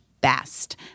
best